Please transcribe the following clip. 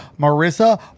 Marissa